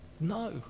No